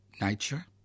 nature